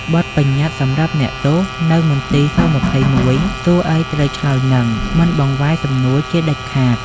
បទបញ្ញត្តិ សម្រាប់អ្នកទោសនៅមន្ទីរ ស-២១ សួរអីត្រូវឆ្លើយនឹង មិនបង្វែរសំនួរជាដាច់ខាត។